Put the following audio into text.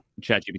ChatGPT